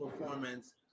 performance